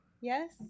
yes